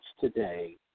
today